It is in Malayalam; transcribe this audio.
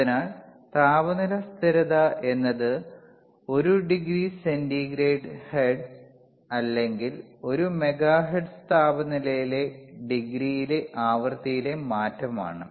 അതിനാൽ താപനില സ്ഥിരത എന്നതു ഒരു ഡിഗ്രി സെന്റിഗ്രേഡിന് ഹെർട്സ് അല്ലെങ്കിൽ മെഗാ ഹെർട്സ് താപനിലയിലെ ഡിഗ്രിയിലെ ആവൃത്തിയിലെ മാറ്റം ആണ്